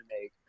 make